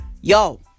Yo